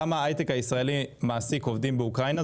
כמה ההיי-טק הישראלי מעסיק עובדים באוקראינה,